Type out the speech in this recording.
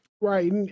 Right